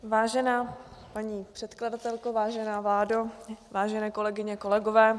Vážená paní předkladatelko, vážená vládo, vážené kolegyně, kolegové.